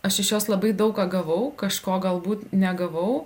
aš iš jos labai daug ką gavau kažko galbūt negavau